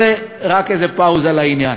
אבל זה רק איזה פאוזה לעניין.